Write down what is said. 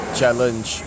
challenge